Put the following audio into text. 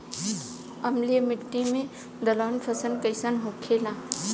अम्लीय मिट्टी मे दलहन फसल कइसन होखेला?